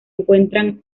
encuentran